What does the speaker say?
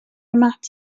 mat